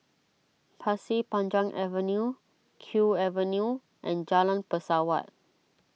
Pasir Panjang Avenue Kew Avenue and Jalan Pesawat